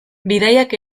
bidaiak